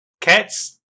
cats